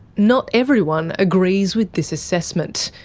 not everyone agrees with this assessment.